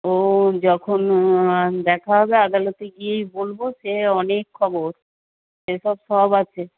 ও যখন দেখা হবে আদালতে গিয়েই বলব সে অনেক খবর এসব সব আছে